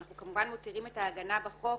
ואנחנו כמובן מותירים את ההגנה בחוק,